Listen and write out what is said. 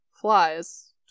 flies